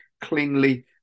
cleanly